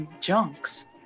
junks